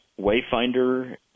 Wayfinder